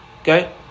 Okay